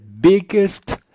biggest